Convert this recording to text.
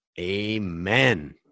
Amen